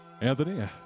Anthony